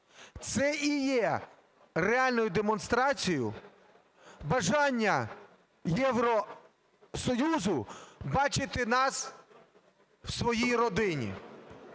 це і є реальною демонстрацією бажання Євросоюзу бачити нас в своїй родині.